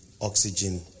oxygen